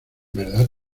verdad